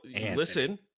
listen